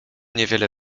niewiele